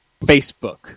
Facebook